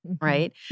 right